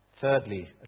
Thirdly